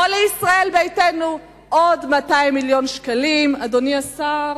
או לישראל ביתנו עוד 200 מיליון שקלים, אדוני השר.